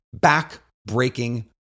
back-breaking